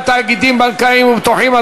ביטול החרגת תאגידים בנקאיים וביטוחיים),